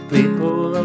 People